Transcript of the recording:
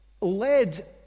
led